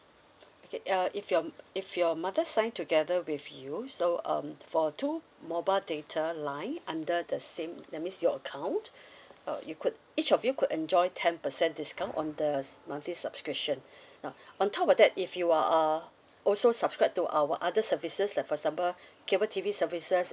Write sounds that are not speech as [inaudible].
okay err if your if your mother sign together with you so um for two mobile data line under the same that means your account [breath] uh you could each of you could enjoy ten percent discount on the monthly subscription [breath] now on top of that if you are uh also subscribed to our other services like for example cable T_V services